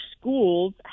schools